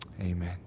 Amen